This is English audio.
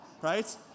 right